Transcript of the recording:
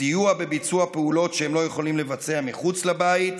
סיוע בביצוע פעולות שהם לא יכולים לבצע מחוץ לבית,